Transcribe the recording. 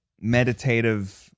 meditative